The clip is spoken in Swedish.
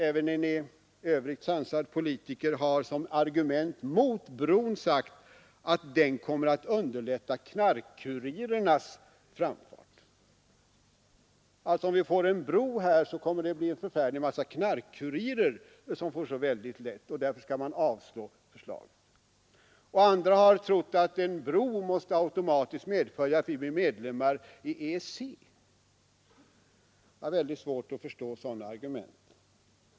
Även en i övrigt sansad politiker har som argument mot bron sagt att den kommer att underlätta knarkkurirernas framfart. Om vi får en bro, kommer det alltså att bli lätt för en mängd knarkkurirer och därför skall man avslå förslaget! Andra har trott att en bro automatiskt måste medföra att vi blir medlemmar i EG. Jag har mycket svårt att förstå sådana argument.